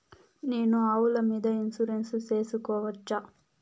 నేను ఆవుల మీద ఇన్సూరెన్సు సేసుకోవచ్చా?